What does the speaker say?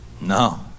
no